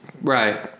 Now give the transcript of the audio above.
Right